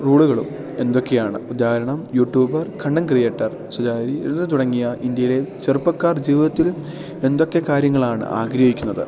റോളുകളും എന്തൊക്കെയാണ് ഉദാഹരണം YouTuber content creator സുചാരി എന്നുതുടങ്ങിയ ഇന്ത്യയിലെ ചെറുപ്പക്കാർ ജീവിതത്തിൽ എന്തൊക്കെ കാര്യങ്ങളാണ് ആഗ്രഹിക്കുന്നത്